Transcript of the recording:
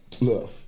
Look